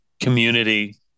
community